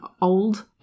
old